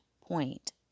point